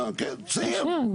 תסיים.